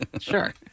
Sure